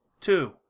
Two